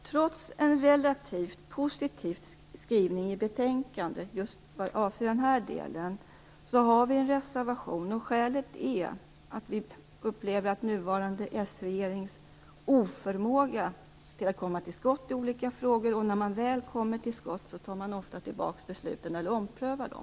Trots en relativt positiv skrivning i betänkandet avseende den här delen har vi en reservation. Skälet är att vi upplever att den nuvarande sregeringen har en oförmåga att komma till skott i olika frågor. Och när man väl kommer till skott tar man ofta tillbaka besluten eller omprövar dem.